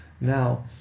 Now